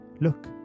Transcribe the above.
Look